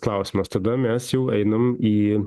klausimas tada mes jau einam į